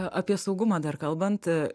apie saugumą dar kalbant